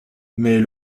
mais